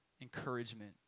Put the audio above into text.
encouragement